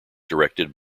directed